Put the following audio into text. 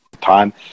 time